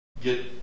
get